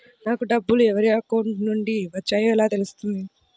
నాకు డబ్బులు ఎవరి అకౌంట్ నుండి వచ్చాయో ఎలా తెలుస్తుంది?